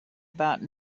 about